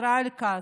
ישראל כץ,